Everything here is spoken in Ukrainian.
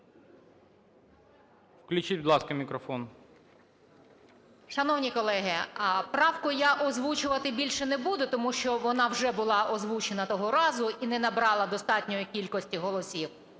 Включіть, будь ласка, мікрофон.